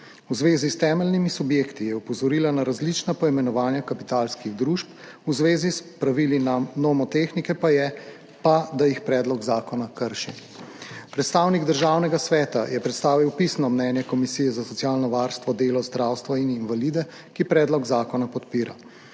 V zvezi s temeljnimi subjekti je opozorila na različna poimenovanja kapitalskih družb, v zvezi s pravili nomotehnike pa, da jih predlog zakona krši. Predstavnik Državnega sveta je predstavil pisno mnenje Komisije za socialno varstvo, delo, zdravstvo in invalide, ki predlog zakona podpira.